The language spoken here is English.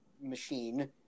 machine